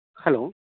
hello